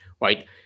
right